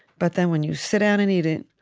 but then, when you sit down and eat it,